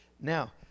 now